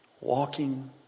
Walking